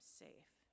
safe